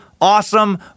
awesome